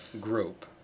group